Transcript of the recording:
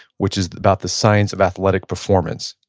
which is about the science of athletic performance.